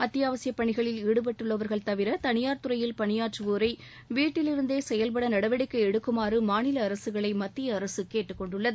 அத்தியாவசியப்பணிகளில் ஈடுபட்டுள்ளவர்கள் தவிர தனியார் துறையில் பணியாற்றுவோரை வீட்டிலிருந்தே செயல்பட நடவடிக்கை எடுக்குமாறு மாநில அரசுகளை மத்திய அரசு கேட்டுக்கொண்டுள்ளது